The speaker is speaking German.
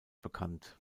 bekannt